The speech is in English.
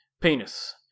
penis